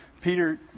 Peter